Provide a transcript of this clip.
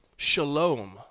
Shalom